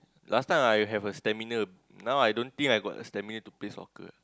last time I have a stamina now I don't think I got a stamina to play soccer